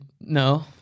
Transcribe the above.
No